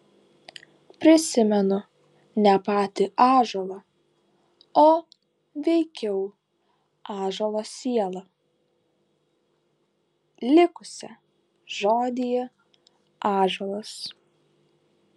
prisimenu ne patį ąžuolą o veikiau ąžuolo sielą likusią žodyje ąžuolas